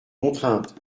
contraintes